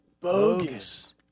bogus